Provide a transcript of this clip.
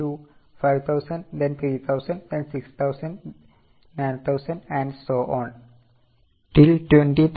So we will first issue 5000 then 3000 then 6000 9000 and so on